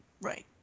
Right